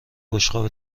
بشقاب